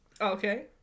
Okay